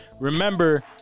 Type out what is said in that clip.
Remember